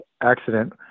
accident